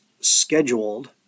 scheduled